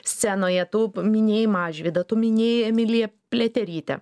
scenoje tu paminėjai mažvydą tu minėjai emiliją pliaterytę